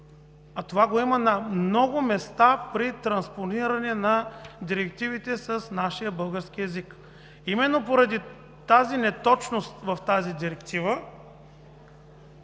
А това го има на много места при транспониране на директивите с българския език. Именно поради тази неточност в Директивата